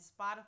Spotify